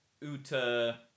Uta